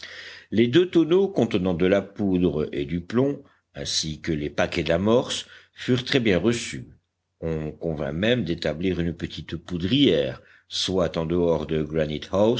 les deux tonneaux contenant de la poudre et du plomb ainsi que les paquets d'amorces furent très bien reçus on convint même d'établir une petite poudrière soit en dehors de